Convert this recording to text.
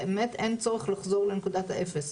באמת אין צורך לחזור לנקודת האפס.